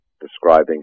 describing